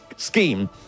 scheme